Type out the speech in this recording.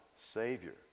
Savior